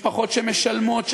משפחות שמשלמות,